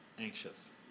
Anxious